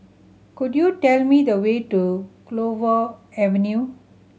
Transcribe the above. could you tell me the way to Clover Avenue